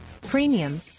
premium